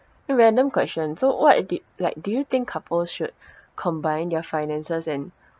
random question so what did like do you think couple should combine their finances and